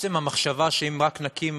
עצם המחשבה שאם רק נקים